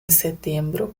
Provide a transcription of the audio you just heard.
setembro